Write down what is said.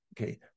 Okay